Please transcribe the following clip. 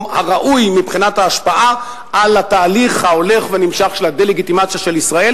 הראוי מבחינת ההשפעה על התהלך ההולך ונמשך של הדה-לגיטימציה של ישראל,